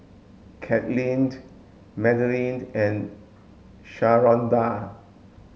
Katlynn Madalyn and Sharonda